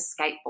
skateboard